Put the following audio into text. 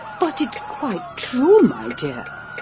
but it's quite true, my dear.